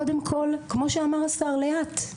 קודם כול, כמו שאמר השר, לאט.